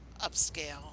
upscale